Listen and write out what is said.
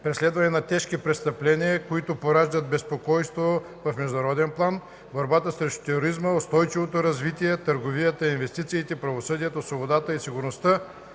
преследването на тежки престъпления, които пораждат безпокойство в международен план, борбата срещу тероризма, устойчивото развитие, търговията и инвестициите, правосъдието, свободата и сигурността,